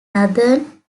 northern